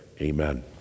Amen